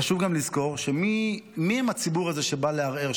חשוב גם לזכור: מיהו הציבור הזה שבא לערער,